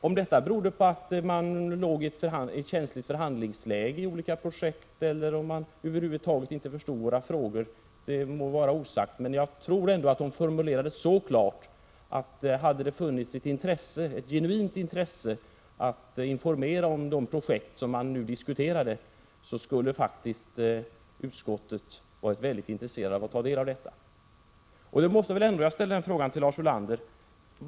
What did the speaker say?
Om detta berodde på att man befann sig i ett känsligt förhandlingsläge i olika projekt eller om man över huvud taget inte förstod våra frågor må vara osagt. Men jag tror ändå att frågorna formulerades så klart att utskottet — om det hade funnits ett genuint intresse från statssekreterargruppen att informera om de projekt som nu diskuterades — faktiskt skulle ha varit mycket intresserat av att ta del av detta. Jag skulle då vilja ställa en fråga till Lars Ulander.